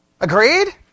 Agreed